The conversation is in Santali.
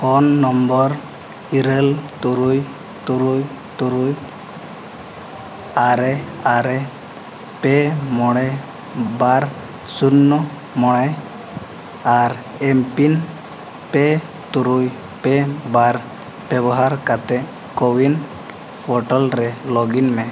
ᱯᱷᱳᱱ ᱱᱟᱢᱵᱟᱨ ᱤᱨᱟᱹᱞ ᱛᱩᱨᱩᱭ ᱛᱩᱨᱩᱭ ᱛᱩᱨᱩᱭ ᱟᱨᱮ ᱟᱨᱮ ᱯᱮ ᱢᱚᱬᱮ ᱵᱟᱨ ᱥᱩᱱᱱᱚ ᱢᱚᱬᱮ ᱟᱨ ᱮᱢ ᱯᱤᱱ ᱯᱮ ᱛᱩᱨᱩᱭ ᱯᱮ ᱵᱟᱨ ᱵᱮᱵᱚᱦᱟᱨ ᱠᱟᱛᱮᱫ ᱠᱚᱵᱤᱱ ᱯᱚᱨᱴᱟᱞ ᱨᱮ ᱞᱚᱜᱤᱱ ᱢᱮ